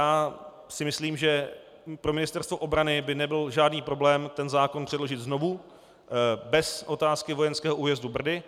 Já si myslím, že pro Ministerstvo obrany by nebyl žádný problém ten zákon předložit znovu bez otázky vojenského újezdu Brdy.